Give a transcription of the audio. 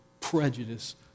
prejudice